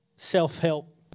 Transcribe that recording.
Self-help